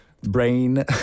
brain